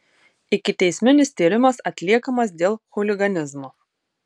ikiteisminis tyrimas atliekamas dėl chuliganizmo